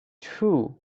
too